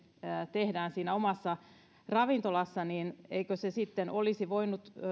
tehdään siinä omassa ravintolassa niin eikö se sitten olisi voinut